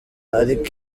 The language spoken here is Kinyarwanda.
ariko